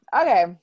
Okay